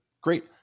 great